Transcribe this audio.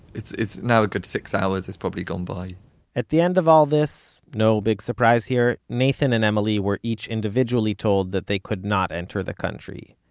it's it's now a good six hours has probably gone by at the end of all this, no big surprise here, nathan and emily were each individually told that they could not enter the country,